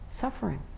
suffering